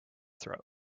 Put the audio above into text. throat